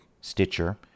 Stitcher